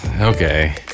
Okay